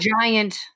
giant